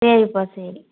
சரிப்பா சரி